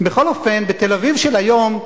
בכל אופן, בתל-אביב של היום,